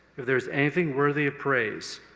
if there is anything worthy of praise,